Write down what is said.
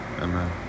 Amen